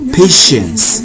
patience